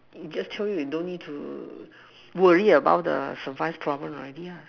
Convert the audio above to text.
you just chill you don't need to worry about the survive problem already ah